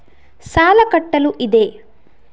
ಸಾಲ ಕಟ್ಟಲು ಇದೆ